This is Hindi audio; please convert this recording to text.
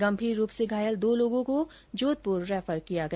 गंभीर रूप से घायल दो लोगों को जोधपुर रैफर किया गया